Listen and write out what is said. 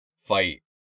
fight